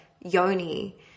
yoni